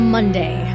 Monday